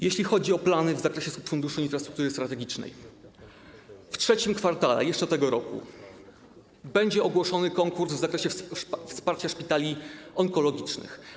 Jeśli chodzi o plany w zakresie subfunduszu infrastruktury strategicznej, to w III kwartale jeszcze tego roku będzie ogłoszony konkurs w zakresie wsparcia szpitali onkologicznych.